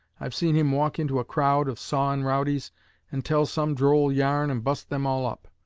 i've seen him walk into a crowd of sawin' rowdies and tell some droll yarn and bust them all up.